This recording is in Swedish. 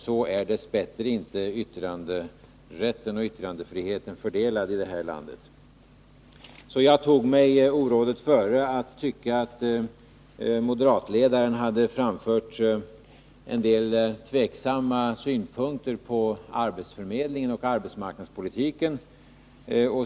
Så är dess bättre inte yttranderätten och yttrandefriheten fördelad i det här landet. Jag tog mig orådet före att tycka att moderatledaren hade framfört en del tvivelaktiga synpunkter på arbetsförmedlingen och arbetsmarknadspolitiken.